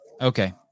Okay